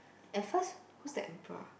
at first who's that emperor